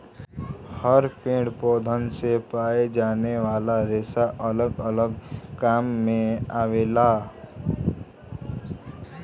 हर पेड़ पौधन से पाए जाये वाला रेसा अलग अलग काम मे आवेला